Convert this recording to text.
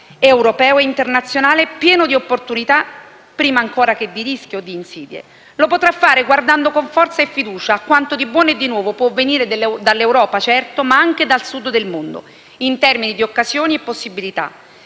europeo e internazionale pieno di opportunità prima ancora che di rischio o di insidie. Lo potrà fare guardando con forza e fiducia a quanto di buono e di nuovo può venire dall'Europa, certo, ma anche dal Sud del mondo in termini di occasioni e possibilità.